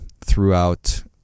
throughout